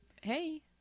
hey